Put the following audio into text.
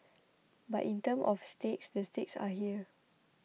but in terms of stakes the stakes are here